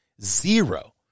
Zero